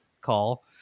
call